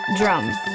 drums